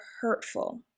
hurtful